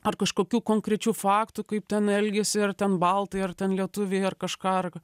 ar kažkokių konkrečių faktų kaip ten elgiasi ar ten baltai ar ten lietuviai ar kažką ar